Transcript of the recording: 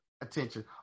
attention